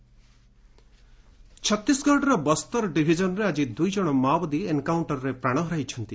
Chhattisgarh Maoist ଛତିଶଗଡ଼ର ବସ୍ତର ଡିଭିଜନ୍ରେ ଆଜି ଦୁଇ ଜଣ ମାଓବାଦୀ ଏନ୍କାଉଷ୍କର୍ରେ ପ୍ରାଣ ହରାଇଛନ୍ତି